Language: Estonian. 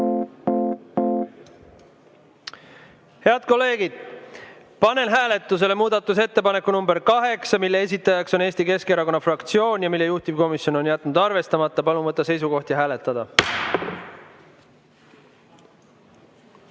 Head kolleegid, panen hääletusele muudatusettepaneku nr 8, mille esitaja on Eesti Keskerakonna fraktsioon ja mille juhtivkomisjon on jätnud arvestamata. Palun võtta seisukoht ja hääletada!